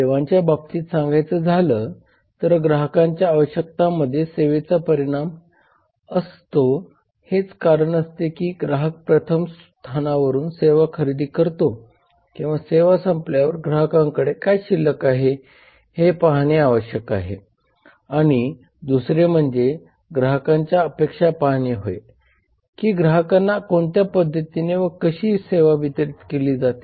सेवांच्या बाबतीत सांगायच झाल तर ग्राहकांच्या आवश्यकतांमध्ये सेवेचा परिणाम असतो हेच कारण असते की ग्राहक प्रथम स्थानावरून सेवा खरेदी करतो किंवा सेवा संपल्यावर ग्राहकांकडे काय शिल्लक आहे हे पाहणे आवश्यक आहे आणि दुसरे म्हणजे ग्राहकांच्या अपेक्षा पाहणे होय की ग्राहकांना कोणत्या पद्धतीने व कशी सेवा वितरित केली जाते